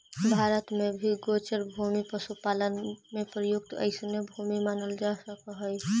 भारत में भी गोचर भूमि पशुपालन में प्रयुक्त अइसने भूमि मानल जा सकऽ हइ